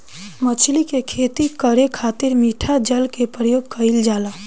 मछली के खेती करे खातिर मिठा जल के प्रयोग कईल जाला